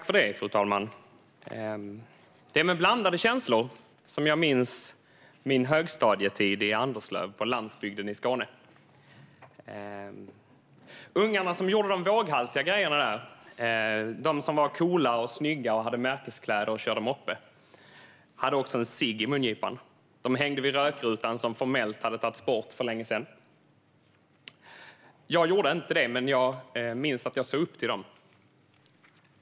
Fru talman! Det är med blandade känslor jag minns min högstadietid i Anderslöv, på landsbygden i Skåne. Ungarna som gjorde de våghalsiga grejerna där - de som var coola och snygga, hade märkeskläder och körde moppe - hade en cigg i mungipan. De hängde vid rökrutan, som formellt hade tagits bort för länge sedan. Jag gjorde inte det, men jag minns att jag såg upp till dem.